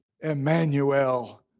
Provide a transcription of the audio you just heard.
Emmanuel